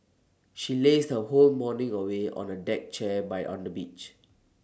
she lazed her whole morning away on A deck chair by on the beach